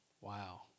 wow